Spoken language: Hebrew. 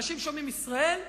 אנשים שומעים "ישראל"